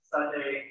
Sunday